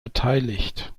beteiligt